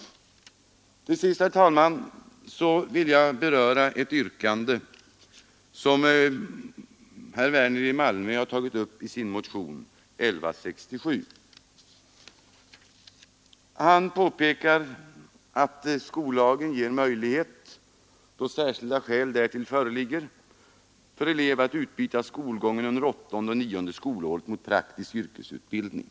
Till sist, herr talman, vill jag beröra ett yrkande som herr Werner i Malmö m.fl. tagit upp i motionen 1167. Motionärerna påpekar att skollagen ger möjlighet, då särskilda skäl därtill föreligger, för elev att utbyta skolgången under åttonde och nionde skolåret mot praktisk yrkesutbildning.